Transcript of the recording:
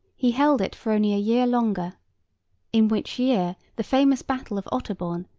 he held it for only a year longer in which year the famous battle of otterbourne,